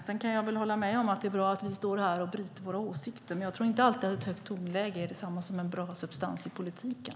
Sedan kan jag hålla med om att det är bra att vi står här och bryter våra åsikter, men jag tror inte att ett höjt tonläge alltid är detsamma som en bra substans i politiken.